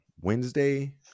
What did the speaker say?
wednesday